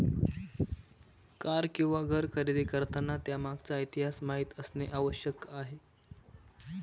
car किंवा घर खरेदी करताना त्यामागचा इतिहास माहित असणे आवश्यक आहे